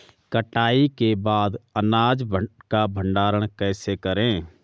कटाई के बाद अनाज का भंडारण कैसे करें?